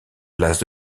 places